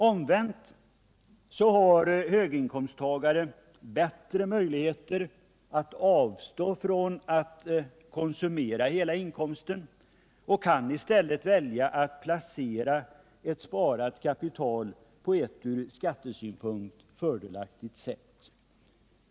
Omvänt har en höginkomsttagare bättre möjligheter att avstå från att konsumera hela inkomsten och kan i stället välja att placera ett sparat kapital på eu ur skattesynpunkt fördelaktigt sätt.